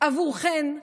ביחד עבורכן,